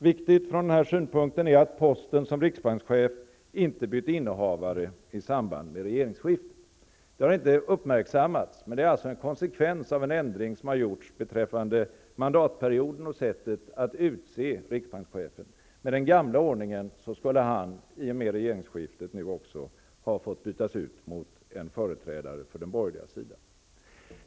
Viktigt från denna synpunkt är att posten som riksbankschef inte har bytt innehavare i samband med regeringsskiftet. Det har inte uppmärksammats, men det är en konsekvens av en ändring som har gjorts beträffande mandatperioden och sättet att utse riksbankschef på. Med den gamla ordningen skulle riksbankschefen i och med regeringsskiftet ha fått bytas ut mot en företrädare för den borgerliga sidan.